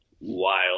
wild